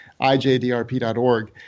ijdrp.org